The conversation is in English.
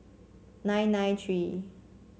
nine nine three